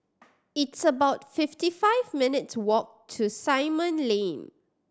it's about fifty five minutes' walk to Simon Lane